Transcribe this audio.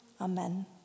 Amen